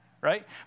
right